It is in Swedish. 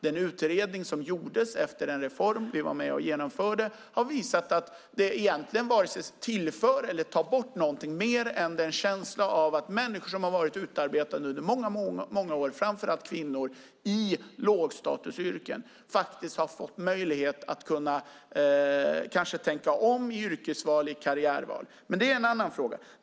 Den utredning som gjordes efter den reform vi var med och genomförde har visat att det egentligen varken tillför eller tar bort någonting mer än ger känslan av att människor som har varit utarbetade under många år, framför allt kvinnor, i lågstatusyrken har möjlighet att tänka om i yrkesval eller karriärval. Men det är en annan fråga.